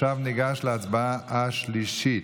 הצבעה שנייה,